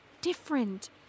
Different